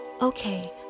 Okay